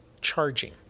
Charging